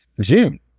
June